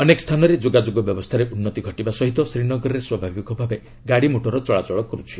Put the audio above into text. ଅନେକ ସ୍ଥାନରେ ଯୋଗାଯୋଗ ବ୍ୟବସ୍ଥାରେ ଉନ୍ନତି ଘଟିବା ସହ ଶ୍ରୀନଗରରେ ସ୍ୱାଭାବିକ ଭାବେ ଗାଡ଼ିମୋଟର ଚଳାଚଳ କରାଯାଉଛି